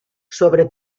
sobre